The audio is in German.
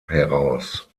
heraus